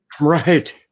right